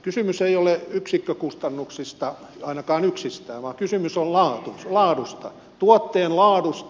kysymys ei ole yksikkökustannuksista ainakaan yksistään vaan kysymys on laadusta tuotteen laadusta